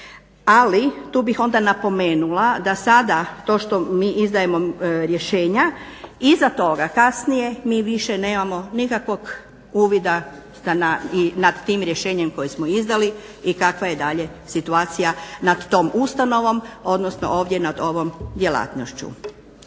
ali tu bih onda napomenula da sada to što mi izdajemo rješenja iza toga kasnije mi više nemamo nikakvog uvida nad tim rješenjem koje smo izdali i kakva je dalje situacija nad tom ustanovom odnosno ovdje nad ovom djelatnošću.